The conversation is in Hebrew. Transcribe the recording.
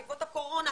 בעקבות הקורונה,